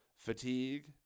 Fatigue